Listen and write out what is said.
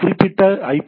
அந்த குறிப்பிட்ட ஐ